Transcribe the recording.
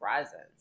presence